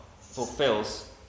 fulfills